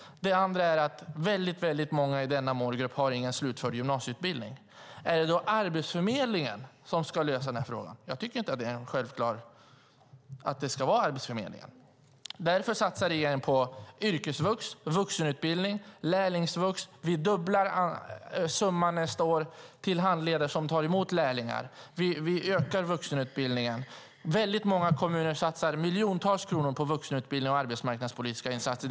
Den andra är att väldigt många i denna målgrupp inte har en slutförd gymnasieutbildning. Är det då Arbetsförmedlingen som ska lösa den frågan? Jag tycker inte att det är självklart att det ska vara Arbetsförmedlingen. Därför satsar regeringen på yrkesvux, vuxenutbildning och lärlingsvux. Vi dubblar nästa år summan till handledare som tar emot lärlingar. Vi ökar vuxenutbildningen. Väldigt många kommuner satsar miljontals kronor på vuxenutbildning och arbetsmarknadspolitiska insatser.